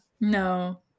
no